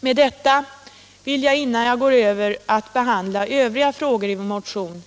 Med detta vill jag, innan jag går över till att behandla övriga frågor 50